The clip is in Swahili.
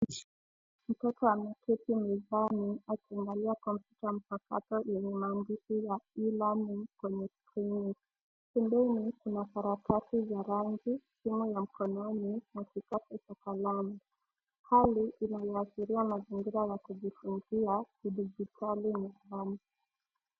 Mtoto ameketi mezani akiangalia kompyuta mpakato yenye maandishi e-learning kwenye skrini. Pembeni, kuna karatasi za rangi, simu ya mkononi na kikapu cha kalamu. Hali inaashiria mazingira ya kujifunzia kidijitali mezani.